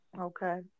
Okay